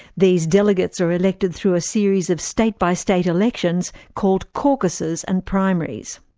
these delegates are elected through a series of state-by-state elections called caucuses and primaries.